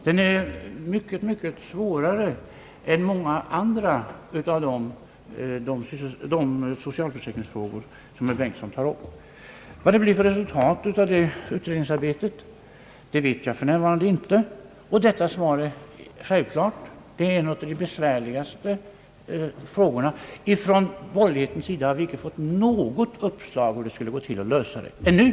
Den är mycket svårare än många andra av de socialförsäkringsfrågor, som herr Bengtson tar upp. Vad det blir för resultat av utredningsarbetet vet jag för närvarande inte. Från borgerlighetens sida har vi inte fått något uppslag ännu om hur det skulle gå till att lösa detta svåra problem.